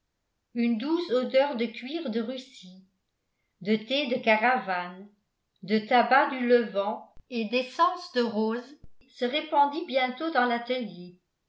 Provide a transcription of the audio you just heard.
une douce odeur de cuir de russie de thé de caravane de tabac du levant et d'essence de rosés se répandit bientôt dans l'atelier